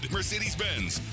Mercedes-Benz